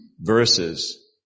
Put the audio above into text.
verses